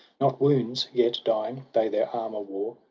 not wounds yet, dying, they their armour wore,